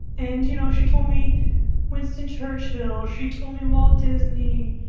and, you know, she told me winston churchill. she told me walt disney.